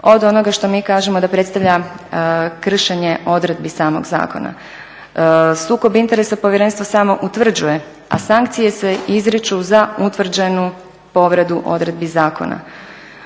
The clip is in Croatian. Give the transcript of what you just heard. od onoga što mi kažemo da predstavlja kršenje odredbi samog zakona. Sukob interesa Povjerenstvo samo utvrđuje, a sankcije se izriču za utvrđenu povredu odredbi zakona.